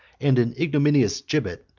and an ignominious gibbet,